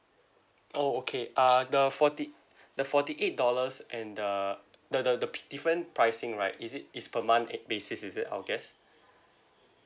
oh okay uh the forty the forty eight dollars and the the the the p~ different pricing right is it is per monthly basis is it I'll guess